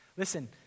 Listen